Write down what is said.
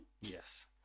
Yes